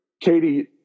Katie